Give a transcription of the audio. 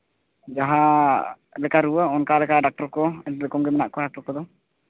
ᱡᱟᱦᱟᱸ ᱞᱮᱠᱟ ᱨᱩᱣᱟᱹ ᱚᱱᱠᱟ ᱞᱮᱠᱟ ᱰᱚᱠᱴᱚᱨ ᱠᱚ ᱟᱹᱰᱤ ᱨᱚᱠᱚᱢ ᱜᱮ ᱢᱮᱱᱟᱜ ᱠᱚᱣᱟ ᱰᱟᱠᱴᱚᱨ ᱠᱚᱫᱚ